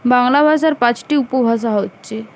বাংলা ভাষার পাঁচটি উপভাষা হচ্ছে